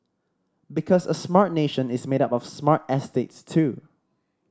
because a smart nation is made up of smart estates too